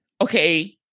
okay